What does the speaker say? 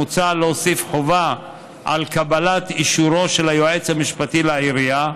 מוצע להוסיף חובה של קבלת אישורו של היועץ המשפטי לעירייה,